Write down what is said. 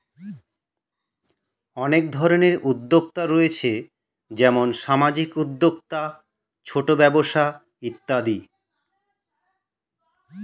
অনেক ধরনের উদ্যোক্তা রয়েছে যেমন সামাজিক উদ্যোক্তা, ছোট ব্যবসা ইত্যাদি